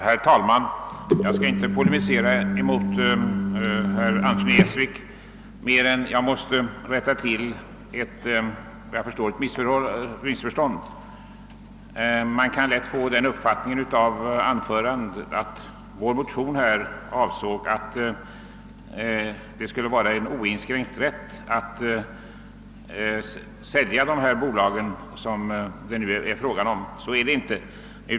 Herr talman! Jag skall inte polemisera emot herr Andersson i Essvik i annat avseende än att jag måste rätta till ett missförstånd. Man kan mycket lätt få den uppfattningen av hans anförande att vår motion avsåg att det skulle finnas en oinskränkt rätt att sälja de bolag det nu är fråga om. Så är det inte.